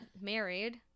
married